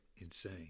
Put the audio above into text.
insane